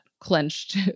clenched